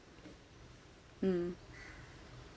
mm